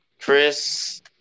Chris